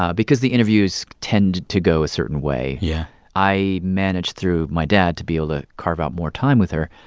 ah because the interviews tended to go a certain way yeah i managed, through my dad, to be able to carve out more time with her,